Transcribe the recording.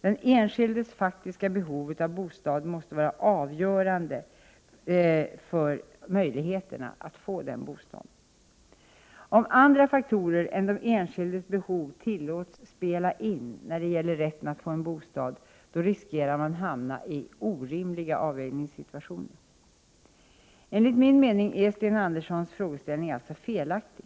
Den enskildes faktiska behov måste vara avgörande för möjligheterna att få en bostad. Om andra faktorer än den enskildes behov tillåts spela in, när det gäller rätten att få en bostad, riskerar man att hamna i orimliga avvägningssituationer. Enligt min mening är Sten Anderssons frågeställning alltså felaktig: